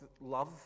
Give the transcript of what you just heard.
love